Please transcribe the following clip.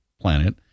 planet